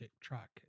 track